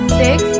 six